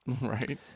Right